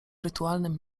rytualnym